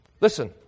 Listen